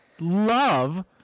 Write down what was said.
love